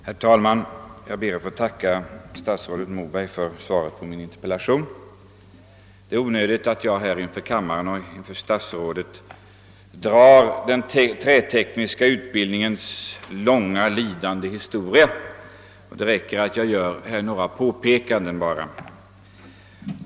Herr talman! Jag ber att få tacka statsrådet Moberg för svaret på min interpellation. Det är onödigt att jag inför statsrådet och inför kammarledamöterna drar den trätekniska utbildningens långa lidandeshistoria — det räcker med att jag gör några påpekanden.